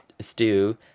stew